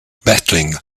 battling